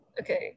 okay